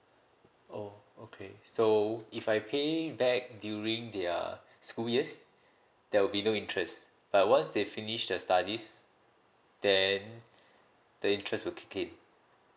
oh okay so if I paying back during their school years there will be no interest but once they finish the studies then the interest will kick in